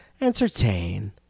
entertain